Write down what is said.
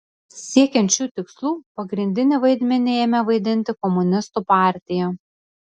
siekiant šių tikslų pagrindinį vaidmenį ėmė vaidinti komunistų partija